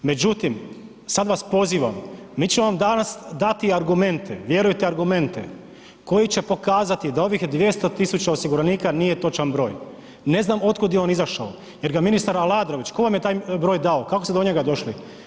Međutim, sad vas pozivam, mi ćemo vam danas dati argumente, vjerujte, argumente koji će pokazati da ovih 200 000 osiguranika nije točan broj, ne znam otkud je on izašao jer ga ministar Aladrović, ko vam je taj broj dao, kako ste do njega došli?